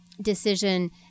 decision